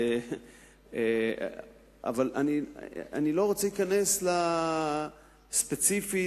אבל אני לא רוצה להיכנס ספציפית,